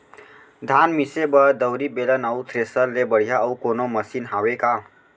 धान मिसे बर दउरी, बेलन अऊ थ्रेसर ले बढ़िया अऊ कोनो मशीन हावे का?